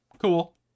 Cool